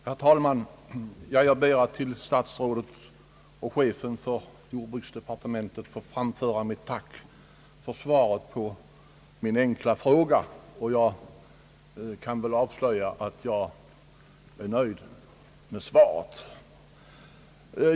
Herr talman! Jag ber att till herr statsrådet och chefen för jordbruksdepartementet få framföra ett tack för svaret på min enkla fråga. Jag kan väl avslöja att jag är nöjd med svaret.